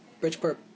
bridgeport